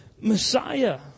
Messiah